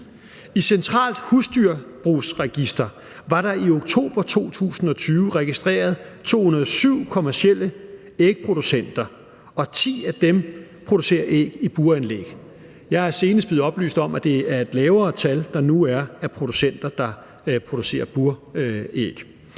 Centrale HusdyrbrugsRegister var der i oktober 2020 registreret 207 kommercielle ægproducenter, og 10 af dem producerer æg i buranlæg. Jeg er senest blevet oplyst om, at det er et lavere tal, der nu er af producenter, der producerer buræg.